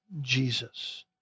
Jesus